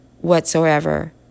whatsoever